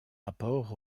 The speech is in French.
rapport